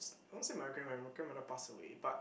I want to say my grandmother my grandmother passed away but